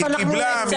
מאיפה אנחנו יודעים?